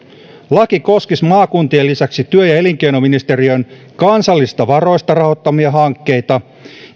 laki koskisi maakuntien lisäksi työ ja elinkeinoministeriön kansallisista varoista rahoittamia hankkeita